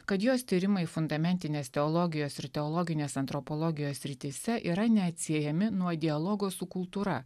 kad jos tyrimai fundamentinės teologijos ir teologinės antropologijos srityse yra neatsiejami nuo dialogo su kultūra